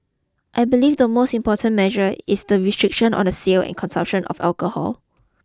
I believe the most important measure is the restriction on the sale and consumption of alcohol